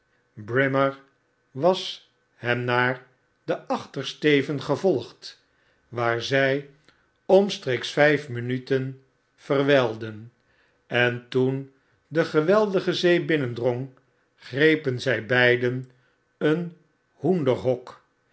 brimer was hem naar den achtersteven gevolgd waar zy omstreeks vijf minuten verwylden en toen de geweldige zee binnendrong grepen zy beiden een hoenderhok